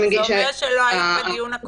זה אומר שלא היית בדיון הקודם.